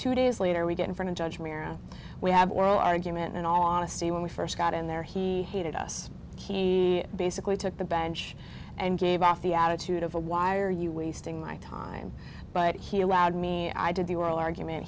two days later we get in front of judge mirror we have oral argument in all honesty when we first got in there he hated us he basically took the bench and gave off the attitude of why are you wasting my time but he allowed me i did the world argument